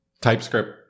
typescript